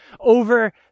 over